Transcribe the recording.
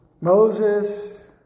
Moses